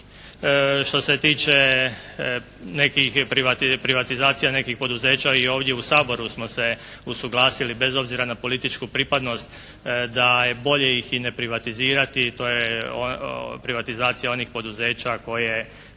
Što se tiče nekih privatizacija nekih poduzeća i ovdje u Saboru smo se usuglasili bez obzira na političku pripadnost da je bolje ih i ne privatizirati, to je privatizacija onih poduzeća koje